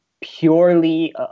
purely